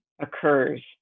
occurs